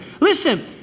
Listen